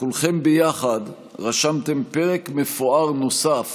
וכולכם יחד רשמתם פרק נוסף